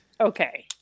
okay